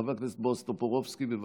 חבר הכנסת בועז טופורובסקי, בבקשה.